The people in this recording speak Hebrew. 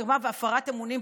מרמה והפרת אמונים,